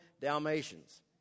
Dalmatians